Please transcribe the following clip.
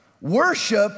Worship